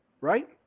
right